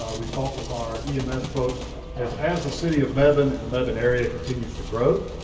we fought with our yeah ms folks as as the city of melbourne and the northern area continues to grow.